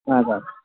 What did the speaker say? हजुर